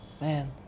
Man